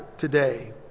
today